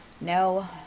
No